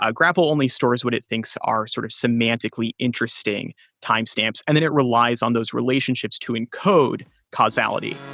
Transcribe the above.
ah grapl only stores what it thinks are sort of semantically interesting timestamps and then it relies on those relationships to encode causality.